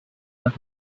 her